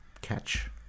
catch